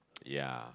ya